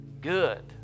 good